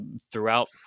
throughout